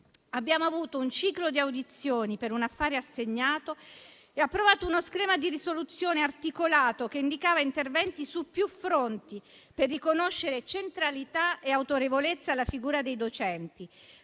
Abbiamo avuto un ciclo di audizioni per un affare assegnato e abbiamo approvato uno schema di risoluzione articolato che indicava interventi su più fronti, per riconoscere centralità e autorevolezza alla figura dei docenti,